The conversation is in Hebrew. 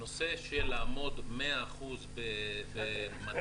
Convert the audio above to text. הנושא של לעמוד מאה אחוז במצב כזה,